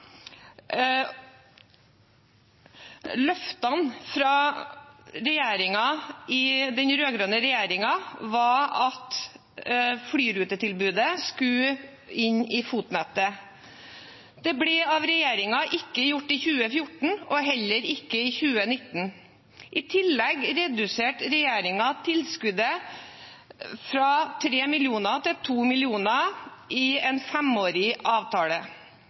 den rød-grønne regjeringen var at flyrutetilbudet skulle inn i FOT-nettet. Det ble ikke gjort i 2014 av regjeringen, og heller ikke i 2019. I tillegg reduserte regjeringen tilskuddet fra 3 mill. kr til 2 mill. kr i en femårig avtale.